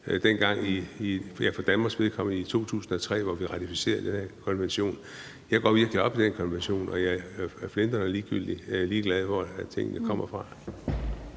vi fra Danmarks side ratificerede den her konvention i 2003. Jeg går virkelig op i den konvention, og jeg er flintrende ligeglad med, hvor tingene kommer fra.